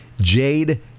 Jade